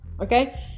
okay